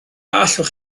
allwch